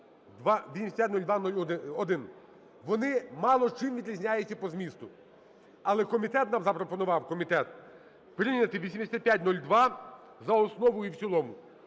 Вони мало чим відрізняються по змісту, але комітет нам запропонував, комітет, прийняти 8502 за основу і в цілому.